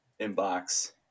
inbox